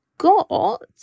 got